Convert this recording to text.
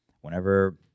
whenever